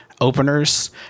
openers